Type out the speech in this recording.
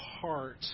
heart